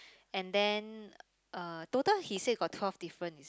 and then uh total he say got twelve different